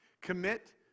Commit